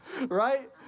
Right